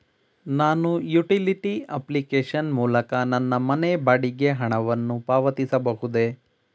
ನಾನು utility application ಮೂಲಕ ನನ್ನ ಮನೆ ಬಾಡಿಗೆ ಹಣವನ್ನು ಪಾವತಿಸಬಹುದೇ?